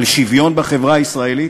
על שוויון בחברה הישראלית?